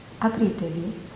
apritevi